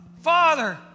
Father